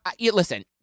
listen